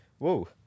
Whoa